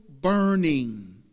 burning